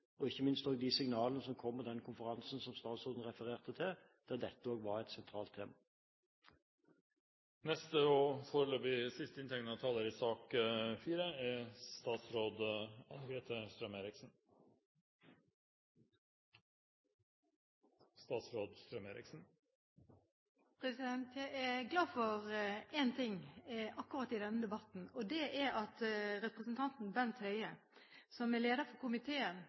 virkelig ikke skal skje, og jeg håper at statsråden tar med seg denne diskusjonen, og ikke minst også de signalene som kom i den konferansen statsråden refererte til, der dette også var et sentralt tema. Jeg er glad for én ting akkurat i denne debatten, og det er at representanten Bent Høie, som er leder for komiteen,